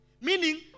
Meaning